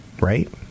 right